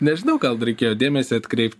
nežinau gal reikėjo dėmesį atkreipt